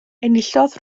enillodd